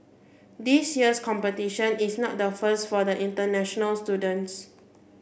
this year's competition is not the first for the international student